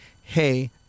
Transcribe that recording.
hey